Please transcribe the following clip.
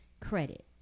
credit